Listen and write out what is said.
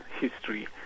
history